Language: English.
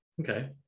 Okay